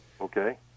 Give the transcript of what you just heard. Okay